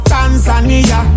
Tanzania